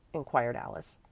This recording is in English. inquired alice.